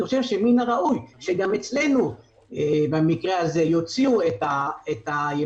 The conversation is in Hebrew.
אני חושב שמן הראוי שגם אצלנו במקרה הזה יוציאו את ימי